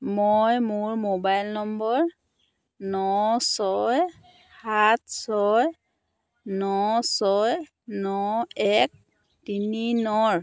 মই মোৰ mobile number ন ছয় সাত ছয় ন ছয় এক তিনি নৰ